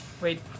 Wait